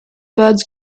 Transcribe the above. birds